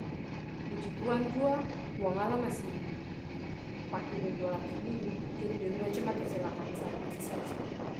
Puji tuhan jua tuangala masi pake dong dua laki bini. Jadi dong dua cuma kecelakaan sadiki saja.